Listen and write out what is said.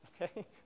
okay